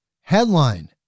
Headline